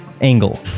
Angle